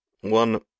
one